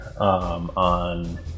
on